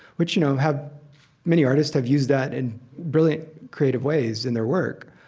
which, you know, have many artists have used that in brilliant creative ways in their work.